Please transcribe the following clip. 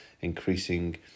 increasing